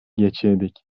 geçirdik